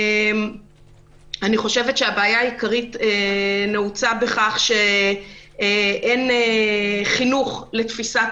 הבעיה העיקרית נעוצה בכך שאין חינוך לתפיסת